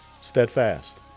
Steadfast